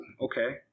okay